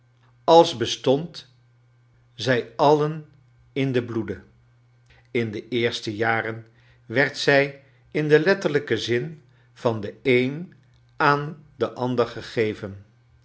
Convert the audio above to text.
als bestoud zij alien in den bloede in de eerste jaren werd zij in den letterlijken zin van den een aan den ander gegeven